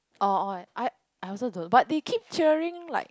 oh oh I I also don't but they keep cheering like